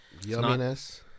Yumminess